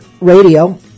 Radio